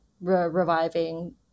reviving